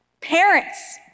parents